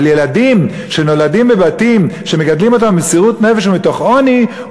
אבל על ילדים שנולדים בבתים שמגדלים אותם במסירות נפש ומתוך עוני,